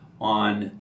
on